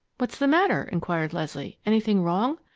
what's the matter? inquired leslie. anything wrong?